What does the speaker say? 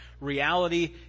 reality